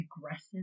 aggressive